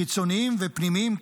חיצוניים ופנימיים,